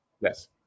Yes